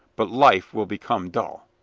but life will become dull.